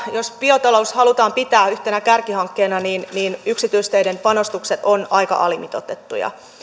jos biotalous halutaan pitää yhtenä kärkihankkeena niin niin yksityisteiden panostukset ovat aika alimitoitettuja